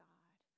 God